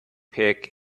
pick